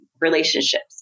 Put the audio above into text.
relationships